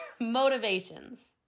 motivations